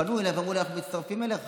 פנו אליי ואמרו לי: אנחנו מצטרפים אליך.